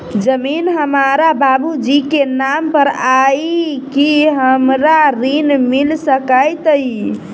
जमीन हमरा बाबूजी केँ नाम पर अई की हमरा ऋण मिल सकैत अई?